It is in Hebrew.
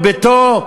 את ביתו,